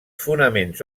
fonaments